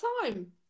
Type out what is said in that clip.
time